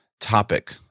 topic